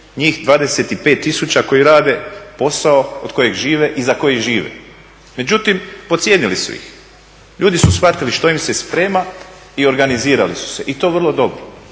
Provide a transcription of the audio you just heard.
njih 25 tisuća koji rade posao od kojeg žive i za koji žive. Međutim podcijenili su ih. Ljudi su shvatili što im se sprema i organizirali su se i to vrlo dobro.